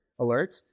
alerts